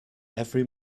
every